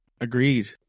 agreed